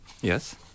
Yes